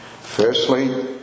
firstly